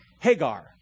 Hagar